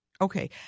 Okay